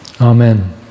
Amen